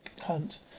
hunt